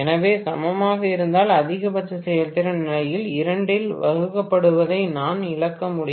அவை சமமாக இருந்தால் அதிகபட்ச செயல்திறன் நிலையில் 2 ஆல் வகுக்கப்படுவதை நான் இழக்க வேண்டும்